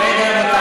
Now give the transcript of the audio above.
איזו רמה.